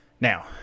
Now